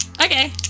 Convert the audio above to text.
Okay